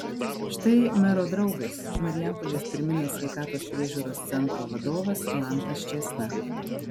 štai mero draugas marijampolės pirminės sveikatos priežiūros centro vadovas mantas čėsna